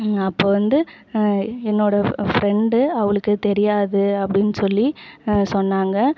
அப்போ வந்து என்னோட ஃப்ரெண்டு அவளுக்கு தெரியாது அப்படின் சொல்லி சொன்னாங்க